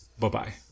Bye-bye